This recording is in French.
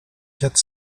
quatre